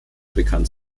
bekannt